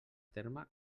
terme